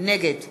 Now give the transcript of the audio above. נגד